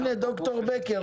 דבר נוסף,